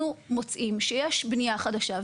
אנחנו מוצאים שיש בנייה חדשה,